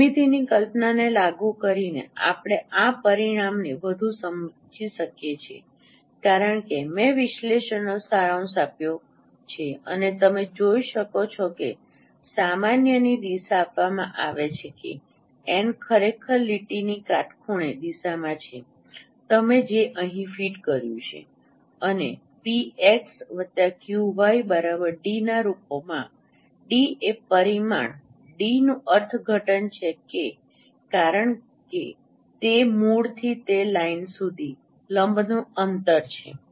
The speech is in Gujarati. ભૂમિતિની કલ્પનાને લાગુ કરીને આપણે આ પરિણામને વધુ સમજી શકીએ છીએ કારણ કે મેં વિશ્લેષણનો સારાંશ આપ્યો છે અને તમે જોઈ શકો છો કે સામાન્યની દિશા આપવામાં આવે છે કે એન ખરેખર લીટીની કાટખૂણે દિશામાં છે તમે જે અહીં ફીટ કર્યું છે અને px qy d ના સ્વરૂપમાં ડી એ પરિમાણ ડીનું અર્થઘટન છે કારણ કે તે મૂળથી તે લાઇન સુધી લંબનું અંતર છે